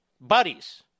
buddies